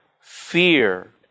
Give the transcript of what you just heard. fear